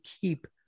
keep